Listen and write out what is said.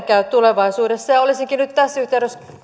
käy tulevaisuudessa olisinkin nyt tässä yhteydessä